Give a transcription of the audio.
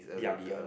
younger